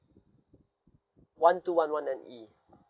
one two one one then E